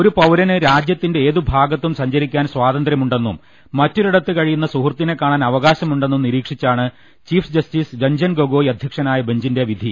ഒരു പൌരന് രാജ്യത്തിന്റെ ഏത് ഭാഗത്തും സഞ്ചരിക്കാൻ സ്വാതന്ത്ര്യമുണ്ടെന്നും മറ്റൊരിടത്ത് കഴിയുന്ന സുഹൃ ത്തിനെ കാണാൻ അവകാശമുണ്ടെന്നും നിരീക്ഷിച്ചാണ് ചീഫ് ജസ്റ്റിസ് രഞ്ജൻ ഗൊഗോയ് അധ്യക്ഷനായ ബഞ്ചിന്റെ വിധി